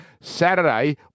Saturday